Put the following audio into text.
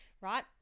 right